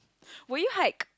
will you hike